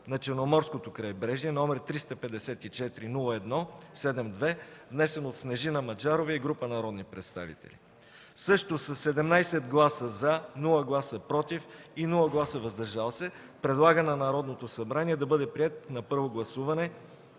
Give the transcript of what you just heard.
на Черноморското крайбрежие, № 354-01-72, внесен от Снежина Маджарова и група народни представители; - със 17 гласа „за”, без „против” и „въздържали се” предлага на Народното събрание да бъде приет на първо гласуване